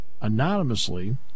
anonymously